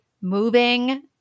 moving